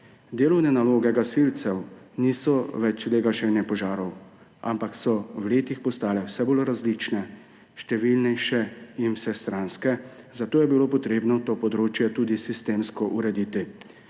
Delovne naloge gasilcev niso več le gašenje požarov, ampak so v letih postale vse bolj različne, številnejše in vsestranske, zato je bilo potrebno to področje tudi sistemsko urediti.